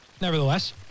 Nevertheless